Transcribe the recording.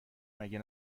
مگه